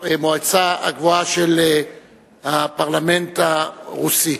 מהמועצה הגבוהה של הפרלמנט הרוסי.